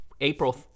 April